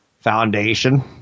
foundation